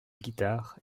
guitare